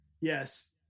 Yes